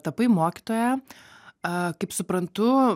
tapai mokytoja a kaip suprantu